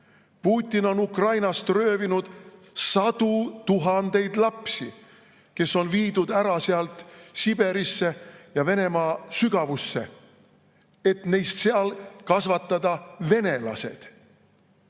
Putin on Ukrainast röövinud sadu tuhandeid lapsi, kes on viidud sealt Siberisse ja Venemaa sügavustesse, et kasvatada neist